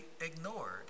ignored